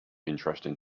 interesting